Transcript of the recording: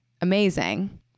amazing